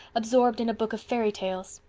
absorbed in a book of fairy tales.